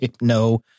no